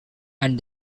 and